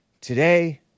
Today